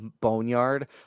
boneyard